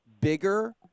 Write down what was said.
bigger